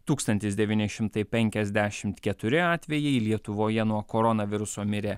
tūkstantis devyni šimtai penkiasdešim keturi atvejai lietuvoje nuo koronaviruso mirė